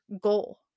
goal